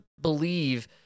believe